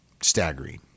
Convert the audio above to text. staggering